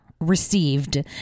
received